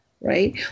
right